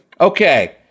Okay